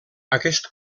aquest